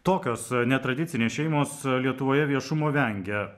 tokios netradicinės šeimos lietuvoje viešumo vengia